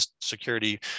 Security